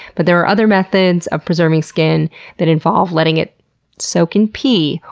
but there are other methods of preserving skin that involve letting it soak in pee,